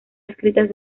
escritas